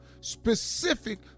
specific